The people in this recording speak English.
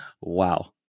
Wow